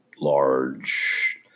large